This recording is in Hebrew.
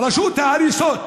רשות ההריסות,